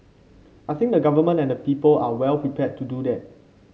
I think the Government and the people are well prepared to do that